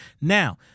Now